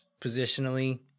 positionally